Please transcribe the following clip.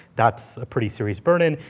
that's a pretty serious burden.